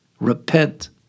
repent